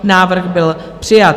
Návrh byl přijat.